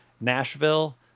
Nashville